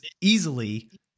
easily